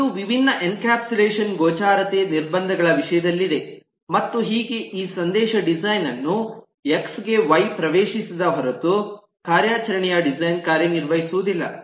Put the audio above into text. ಇದು ವಿಭಿನ್ನ ಎನ್ಕ್ಯಾಪ್ಸುಲೇಷನ್ ಗೋಚರತೆ ನಿರ್ಬಂಧಗಳ ವಿಷಯದಲ್ಲಿದೆ ಮತ್ತು ಹೀಗೆ ಈ ಸಂದೇಶ ಡಿಸೈನ್ ಅನ್ನು ಎಕ್ಸ್ ಗೆ ವೈ ಗೆ ಪ್ರವೇಶಿಸದ ಹೊರತು ಕಾರ್ಯಾಚರಣೆಯ ಡಿಸೈನ್ ಕಾರ್ಯನಿರ್ವಹಿಸುವುದಿಲ್ಲ